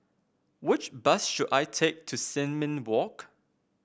which bus should I take to Sin Ming Walk